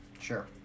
Sure